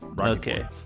Okay